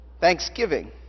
Thanksgiving